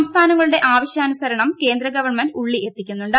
സംസ്ഥാനങ്ങളുടെ ആവശ്യാനുസരണം കേന്ദ്ര ഗവൺമെന്റ് ഉള്ളി എത്തിക്കുന്നുണ്ട്